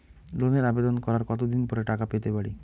লোনের আবেদন করার কত দিন পরে টাকা পেতে পারি?